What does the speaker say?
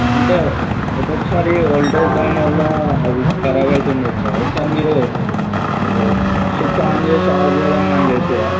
అంటే ఒక్కొక్కసారి voltage down వల్ల ఆది ఖరాబ్ అవుతుండచ్చు సార్ ఒకసారి మీరు స్విచ్ ఆన్ చేసి ఆఫ్ చేయడం గానీ చేసినారా